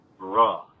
raw